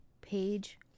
page